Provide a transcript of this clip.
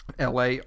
LA